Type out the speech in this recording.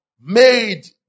made